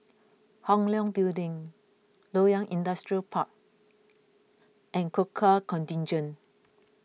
Hong Leong Building Loyang Industrial Park and Gurkha Contingent